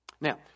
Now